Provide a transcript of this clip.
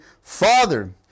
Father